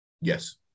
Yes